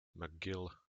mcgill